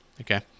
Okay